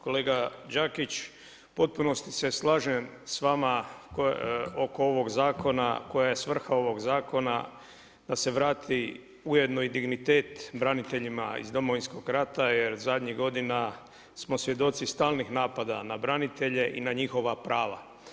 Kolega Đakić, u potpunosti se slažem s vama oko ovog zakona, koja je svrha ovoga zakona da se vrati ujedno i dignitet braniteljima iz Domovinskoga rata jer zadnjih godina smo svjedoci stalnih napada na branitelje i na njihova prava.